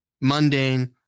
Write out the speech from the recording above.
mundane